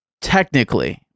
technically